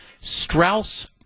Strauss